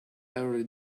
early